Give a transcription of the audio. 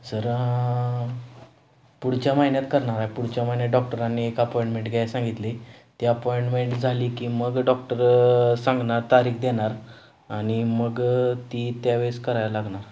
sir पुढच्या महिन्यात करणाराय पुढच्या महिन्यात डॉक्टरांनी एक अपॉइंटमेंट घ्यायला सांगितली ती अपॉइंटमेंट झाली की मग डॉक्टर सांगणार तारीख देणार आणि मग ती त्या वेळेस करायला लागणार